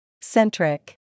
Centric